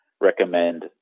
recommend